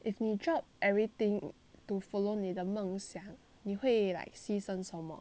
if 你 drop everything to follow 你的梦想你会 like 牺牲什么